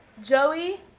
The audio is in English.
Joey